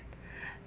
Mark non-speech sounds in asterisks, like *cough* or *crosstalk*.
*breath*